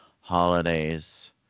holidays